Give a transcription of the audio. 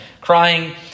crying